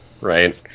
right